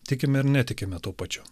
tikime ir netikime tuo pačiu